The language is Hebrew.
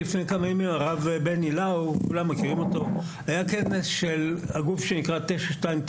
לפני כמה ימים היה כנס של גוף שנקרא "929"